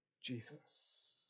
Jesus